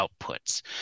outputs